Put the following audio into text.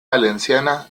valenciana